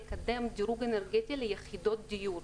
לקדם דירוג אנרגטי ליחידות דיור.